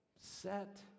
set